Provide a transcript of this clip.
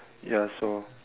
ya so